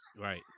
Right